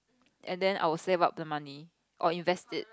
and then I will save up the money or invest it